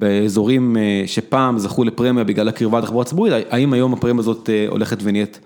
באזורים שפעם זכו לפרמיה בגלל הקירבה לתחבורת ציבורית, האם היום הפרמיה הזאת הולכת ונהיית